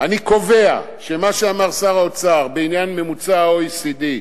אני קובע שמה שאמר שר האוצר בעניין ממוצע ה-OECD,